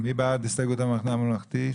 מי בעד ההסתייגות של המחנה הממלכתי?